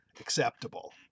acceptable